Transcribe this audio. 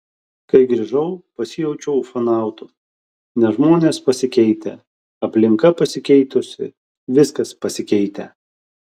kai grįžau pasijaučiau ufonautu nes žmonės pasikeitę aplinka pasikeitusi viskas pasikeitę